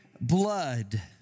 blood